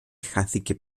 χάθηκε